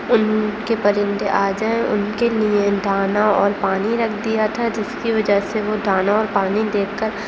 ان کے پرندے آ جائیں ان کے لیے دانہ اور پانی رکھ دیا تھا جس کی وجہ سے وہ دانہ اور پانی دیکھ کر